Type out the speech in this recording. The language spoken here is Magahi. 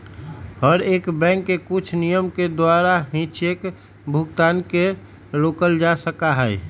हर एक बैंक के कुछ नियम के द्वारा ही चेक भुगतान के रोकल जा सका हई